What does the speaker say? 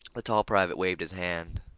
the tall private waved his hand.